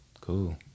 cool